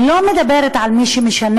אני לא מדברת על מי שמשנן